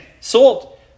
salt